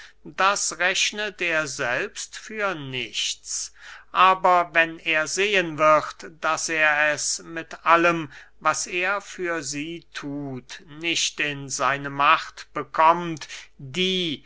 das rechnet er selbst für nichts aber wenn er sehen wird daß er es mit allem was er für sie thut nicht in seine macht bekommt die